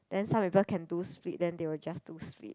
then some people can do split then they will just do split